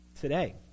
today